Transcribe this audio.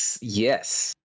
Yes